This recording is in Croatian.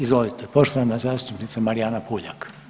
Izvolite poštovana zastupnica Marijana Puljak.